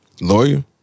lawyer